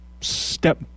step